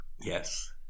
Yes